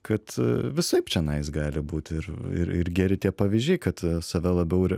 kad visaip čionais gali būti ir ir geri tie pavyzdžiai kad save labiau re